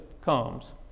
comes